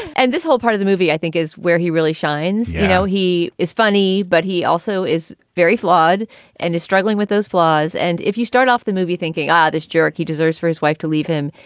and this whole part of the movie, i think, is where he really shines. you know, he is funny, but he also is very flawed and he's struggling with those flaws. and if you start off the movie thinking, god, ah this jerrick, he deserves for his wife to leave him.